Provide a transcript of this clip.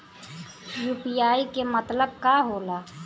UPI के मतलब का होला?